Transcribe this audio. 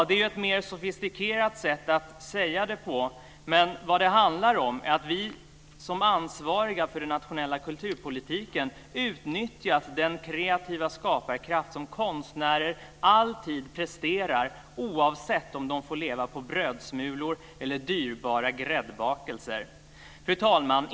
Det är ett mer sofistikerat sätt att säga det på, men vad det handlar om är att vi som ansvariga för den nationella kulturpolitiken utnyttjat den kreativa skaparkraft som konstnärer alltid presterar, oavsett om de får leva på brödsmulor eller dyrbara gräddbakelser. Fru talman!